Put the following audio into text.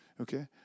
Okay